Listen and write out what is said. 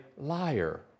liar